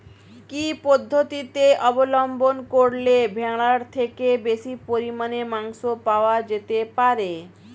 কি পদ্ধতিতে অবলম্বন করলে ভেড়ার থেকে বেশি পরিমাণে মাংস পাওয়া যেতে পারে?